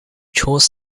chose